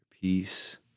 peace